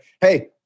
hey